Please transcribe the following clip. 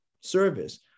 service